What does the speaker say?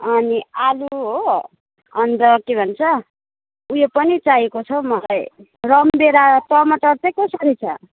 अनि आलु हो अन्त के भन्छ उयो पनि चाहिएको छ मलाई रमभेडा टमाटर चाहिँ कसरी छ